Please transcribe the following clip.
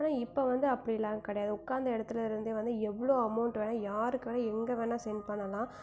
ஆனால் இப்போ வந்து அப்படிலாம் கிடையாது உட்காந்த இடத்துலருந்தே வந்து எவ்வளோ அமௌண்ட் வேணால் யாருக்கு வேணால் எங்கே வேணால் செண்ட் பண்ணலாம்